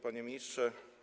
Panie Ministrze!